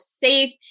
safe